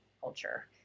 culture